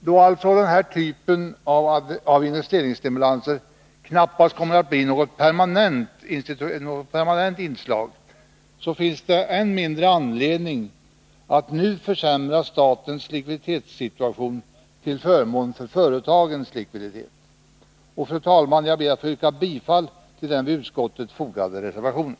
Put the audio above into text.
Då alltså den här typen av investeringsstimulanser knappast kommer att bli något permanent inslag, finns det än mindre anledning att nu försämra statens likviditetssituation till förmån för företagens. Fru talman! Jag ber att få yrka bifall till den till utskottsbetänkandet fogade reservationen.